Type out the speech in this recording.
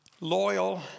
loyal